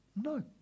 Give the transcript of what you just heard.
No